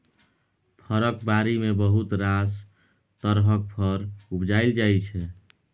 फरक बारी मे बहुत रास तरहक फर उपजाएल जाइ छै